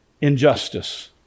injustice